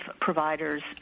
providers